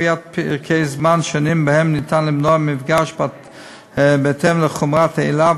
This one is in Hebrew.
קביעת פרקי זמן שונים שבהם ניתן למנוע מפגש בהתאם לחומרת העילה,